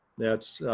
that's,